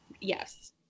Yes